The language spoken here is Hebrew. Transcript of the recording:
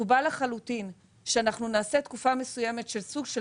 מקובל לחלוטין שאנחנו נעשה תקופה מסוימת של סוג של